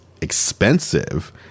expensive